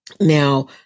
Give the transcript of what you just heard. Now